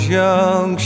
young